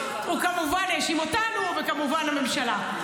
הוא כמובן האשים אותנו וכמובן את הממשלה.